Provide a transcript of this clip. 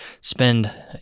spend